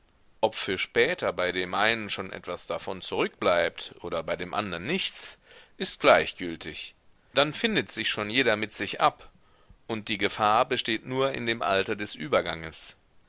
ob für später bei dem einen etwas davon zurückbleibt oder bei dem andern nichts ist gleichgültig dann findet sich schon jeder mit sich ab und die gefahr besteht nur in dem alter des überganges